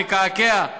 נקעקע,